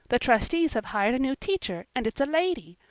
the trustees have hired a new teacher and it's a lady.